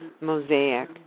Mosaic